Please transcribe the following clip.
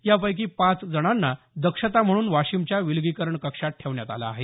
यापैकी पाच जणांना दक्षता म्हणून वाशिमच्या विलगीकरण कक्षात ठेवण्यात आलं आहे